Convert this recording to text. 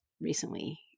recently